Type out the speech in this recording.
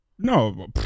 No